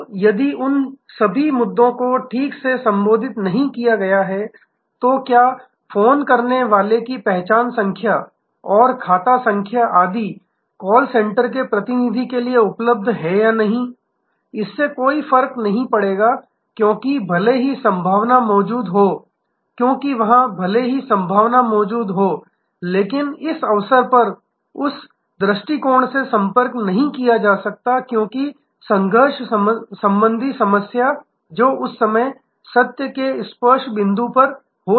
अब यदि उन सभी मुद्दों को ठीक से संबोधित नहीं किया गया है तो क्या फोन करने वाले की पहचान संख्या आईडी और खाता संख्या आदि कॉल सेंटर प्रतिनिधि के लिए उपलब्ध हैं या नहीं इससे कोई फर्क नहीं पड़ेगा क्योंकि भले ही संभावना मौजूद हो क्योंकि वहाँ भले ही संभावना मौजूद हो लेकिन इस अवसर पर उस दृष्टिकोण से संपर्क नहीं किया जा सकता है क्योंकि संघर्ष संबंधी समस्या जो उस समय सत्य के स्पर्श बिंदु पर हो सकती है